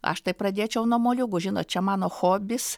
aš tai pradėčiau nuo moliūgų žinot čia mano hobis